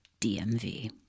DMV